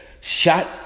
Shot